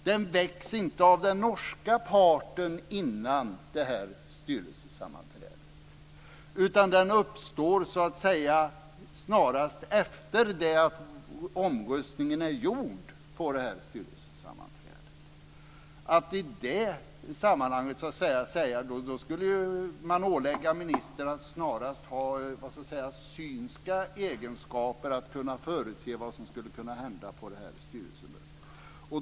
Den väcks inte av den norska parten före det här styrelsesammanträdet. Den uppstod snarast efter det att omröstningen var gjord på styrelsesammanträdet. Man skulle behöva ålägga ministern att ha snarast synska egenskaper för att kunna förutse vad som skulle kunna hända på styrelsemötet.